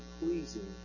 pleasing